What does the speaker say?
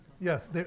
Yes